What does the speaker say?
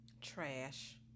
trash